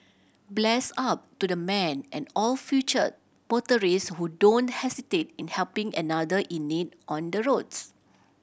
bless up to the man and all future motorist who don't hesitate in helping another in need on the roads